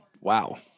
wow